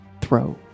throw